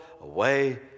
away